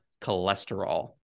cholesterol